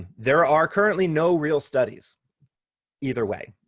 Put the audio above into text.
there are currently no real studies either way.